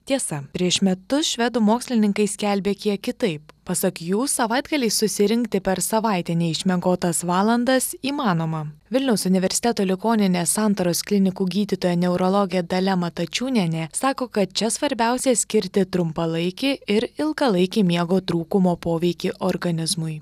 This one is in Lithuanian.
tiesa prieš metus švedų mokslininkai skelbė kiek kitaip pasak jų savaitgaliais susirinkti per savaitę neišmiegotas valandas įmanoma vilniaus universiteto ligoninės santaros klinikų gydytoja neurologė dalia matačiūnienė sako kad čia svarbiausia skirti trumpalaikį ir ilgalaikį miego trūkumo poveikį organizmui